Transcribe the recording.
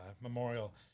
Memorial